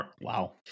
Wow